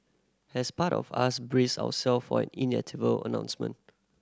has part of us braced ourselves for an inevitable announcement